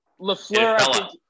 Lafleur